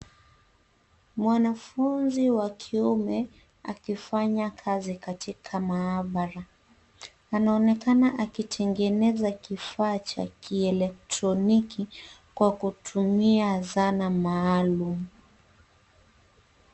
Mwanafunzi wa kiume, akifanya kazi katika maabara. Anaonekana akitingeneza kifaa cha kielektroniki, kwa kutumia zana maalum.